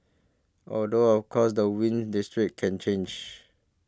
although of course the wind's district can change